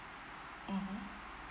mmhmm